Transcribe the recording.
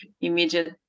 immediate